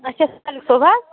اَچھا سالِق صٲب حظ